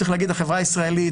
צריך להגיד החברה הישראלית,